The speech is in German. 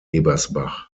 ebersbach